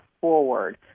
forward